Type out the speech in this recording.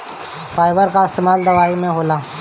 fibre कअ इस्तेमाल दवाई में होला